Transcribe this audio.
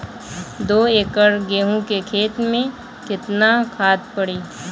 दो एकड़ गेहूँ के खेत मे केतना खाद पड़ी?